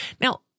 Now